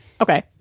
okay